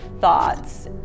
thoughts